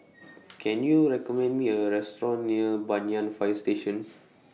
Can YOU recommend Me A Restaurant near Banyan Fire Station